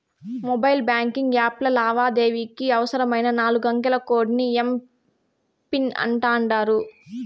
mobile banking యాప్ల లావాదేవీలకి అవసరమైన నాలుగంకెల కోడ్ ని ఎమ్.పిన్ అంటాండారు